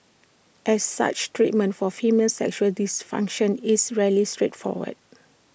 as such treatment for female sexual dysfunction is rarely straightforward